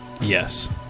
yes